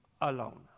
alone